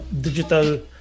digital